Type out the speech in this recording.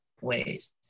ways